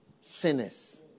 sinners